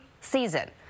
season